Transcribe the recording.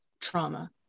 trauma